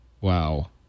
Wow